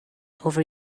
over